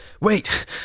Wait